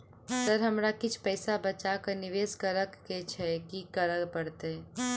Sir हमरा किछ पैसा बचा कऽ निवेश करऽ केँ छैय की करऽ परतै?